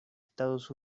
estados